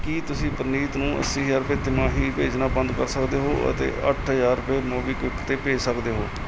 ਕੀ ਤੁਸੀਂ ਪ੍ਰਨੀਤ ਨੂੰ ਅੱਸੀ ਹਜ਼ਾਰ ਰੁਪਏ ਤਿਮਾਹੀ ਭੇਜਣਾ ਬੰਦ ਕਰ ਸਕਦੇ ਹੋ ਅਤੇ ਅੱਠ ਹਜ਼ਾਰ ਰੁਪਏ ਮੋਬੀਕਵਿਕ 'ਤੇ ਭੇਜ ਸਕਦੇ ਹੋ